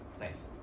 Nice